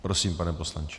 Prosím, pane poslanče.